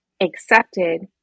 accepted